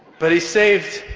but. he saved.